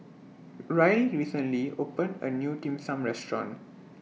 Ryley recently opened A New Dim Sum Restaurant